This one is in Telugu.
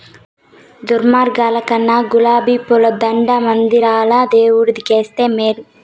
దుర్మార్గుల కన్నా గులాబీ పూల దండ మందిరంల దేవుడు కేస్తే మేలు